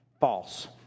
false